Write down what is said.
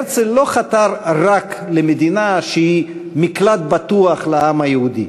הרצל לא חתר רק למדינה שהיא מקלט בטוח לעם היהודי.